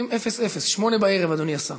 20:00. שמונה בערב, אדוני השר.